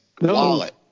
wallet